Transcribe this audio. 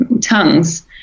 tongues